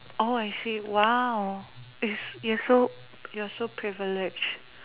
oh I see !wow! it's it's so you're so privilege